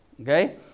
okay